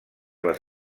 les